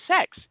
sex